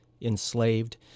enslaved